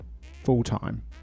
full-time